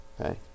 Okay